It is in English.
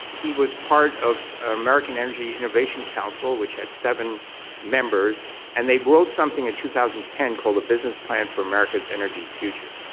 he was part of an american energy innovation council which had seven members, and they wrote something in two thousand and ten called the business plan for america's energy future.